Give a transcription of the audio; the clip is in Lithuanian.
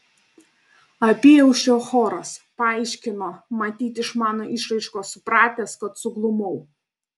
apyaušrio choras paaiškino matyt iš mano išraiškos supratęs kad suglumau